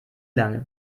lange